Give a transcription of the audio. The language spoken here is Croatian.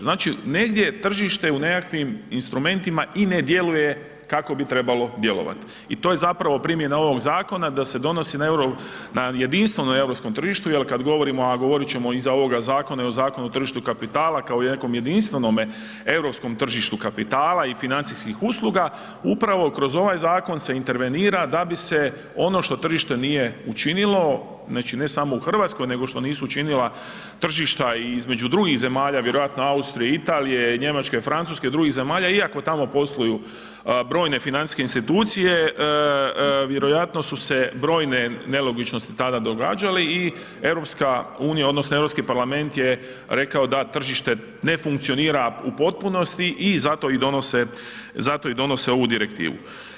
Znači negdje je tržište u nekakvim instrumentima i ne djeluje kako bi trebalo djelovati i to je zapravo primjena ovog zakona da se donosi na jedinstvenom europskom tržištu jer kad govorimo, a govorit ćemo iza ovoga zakona i o Zakonu o tržištu kapitala kao i nekom jedinstvenome europskom tržištu kapitala i financijskih usluga, upravo kroz ovaj zakon se intervenira da bi se ono što tržište nije učinilo, znači ne samo u Hrvatskoj nego što nisu učinila tržišta i između drugih zemalja vjerojatno Austrije, Italije i Njemačke, Francuske i drugih zemalja iako tamo posluju brojne financijske institucije, vjerojatno su se brojne nelogičnosti tada događale i EU odnosno Europski parlament je rekao da tržište ne funkcionira u potpunosti i zato i donose ovu direktivu.